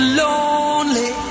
lonely